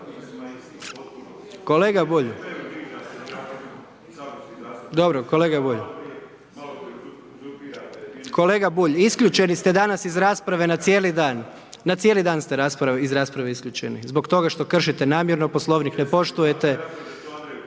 Kolega Bulj, isključeni ste danas iz rasprave na cijeli dan, na cijeli dan ste iz rasprave isključeni, zbog toga što kršite namjerno poslovnik, ne poštujete,